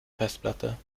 festplatte